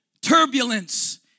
turbulence